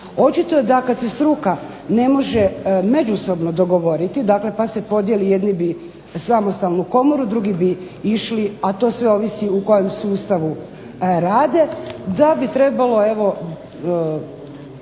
Očito da kada se struka ne može međusobno dogovoriti dakle pa se podijeli jedni bi samostalnu komoru, drugi bi išli a to sve ovisi u kojem sustavu rade da bi trebalo državni